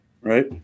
Right